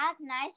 nice